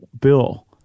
Bill